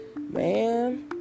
Man